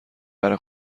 بره